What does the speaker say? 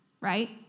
right